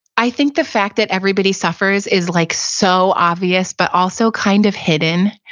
i think the fact that everybody suffers is like so obvious, but also kind of hidden,